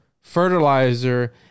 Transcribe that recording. fertilizer